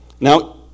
Now